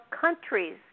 countries